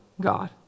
God